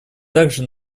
также